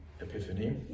Epiphany